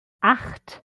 acht